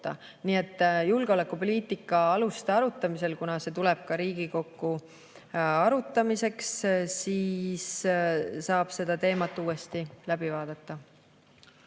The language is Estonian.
Nii et julgeolekupoliitika aluste arutamisel, kuna see tuleb ka Riigikokku arutamiseks, saab seda teemat uuesti vaadata.